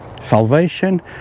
Salvation